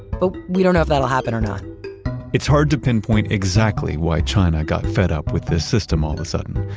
but we don't know if that will happen or not it's hard to pinpoint exactly why china got fed up with this system all of a sudden.